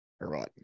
right